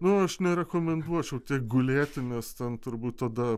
nu aš nerekomenduočiau tiek gulėti nes ten turbūt tada